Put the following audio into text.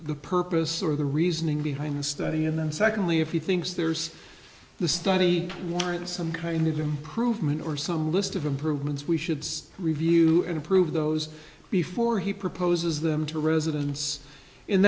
purpose or the reasoning behind the study and then secondly if he thinks there's the study warrant some kind of improvement or some list of improvements we should review and approve those before he proposes them to residents in